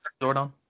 Zordon